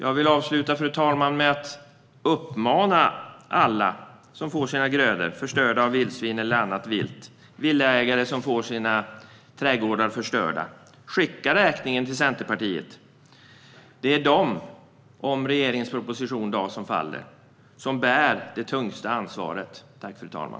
Jag vill avsluta med att uppmana alla som får sina grödor förstörda av vildsvin eller annat vilt och villaägare som får sina trädgårdar förstörda att skicka räkningen till Centerpartiet. Det är de som bär det tyngsta ansvaret om regeringens proposition faller i dag.